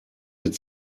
mit